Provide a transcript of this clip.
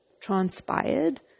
transpired